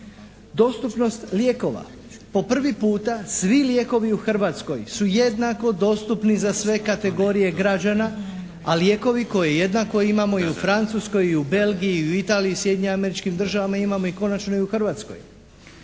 Dostupnost lijekova. Po prvi puta svi lijekovi u Hrvatskoj su jednako dostupni za sve kategorije građana, a lijekovi koje jednako imamo i u Francuskoj i u Belgiji i u Italiji i Sjedinjenim Američkim Državama imamo konačno i u Hrvatskoj